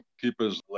keepers